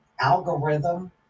algorithm